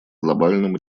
глобальном